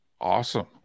Awesome